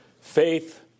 faith